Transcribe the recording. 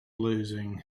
losing